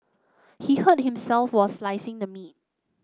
he hurt himself were slicing the meat